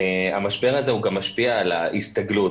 המשבר הזה גם משפיע על ההסתגלות,